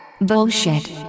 bullshit